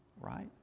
right